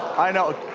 i know,